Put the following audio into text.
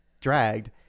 dragged